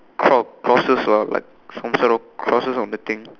cro~ crosses lah like some sort like crosses on the thing